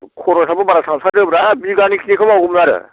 खर'साबो बारा थांथारोब्रा बिघानै खिनिखौ मावगौमोन आरो